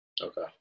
Okay